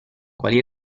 quali